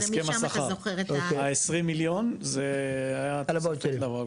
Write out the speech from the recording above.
זה משם אתה זוכר את -- ה-20 מיליון זה היה תוספת לואוצ'רים,